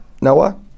Noah